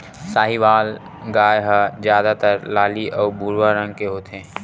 साहीवाल गाय ह जादातर लाली अउ भूरवा रंग के होथे